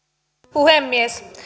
puhemies